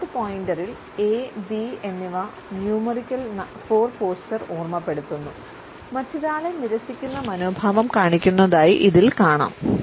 കാൽമുട്ട് പോയിന്റിൽ A B എന്നിവ ന്യൂമറിക്കൽ 4 പോസ്ചർ ഓർമ്മപ്പെടുത്തുന്നു മറ്റൊരാളെ നിരസിക്കുന്ന മനോഭാവം കാണിക്കുന്നതായി ഇതിൽ കാണാം